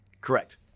Correct